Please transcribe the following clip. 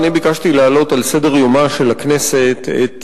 ביקשתי להעלות על סדר-יומה של הכנסת את